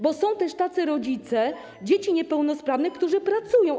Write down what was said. Bo są też tacy rodzice dzieci niepełnosprawnych, którzy pracują.